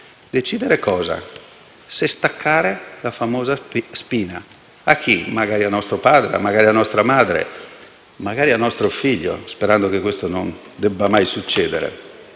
decidono se staccare la famosa spina. A chi? Magari a nostro padre, a nostra madre o a nostro figlio, sperando che questo non debba mai succedere.